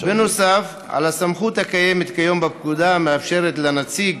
נוסף על הסמכות הקיימת כיום בפקודה המאפשרת לנציג